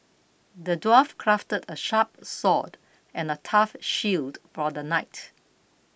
the dwarf crafted a sharp sword and a tough shield for the knight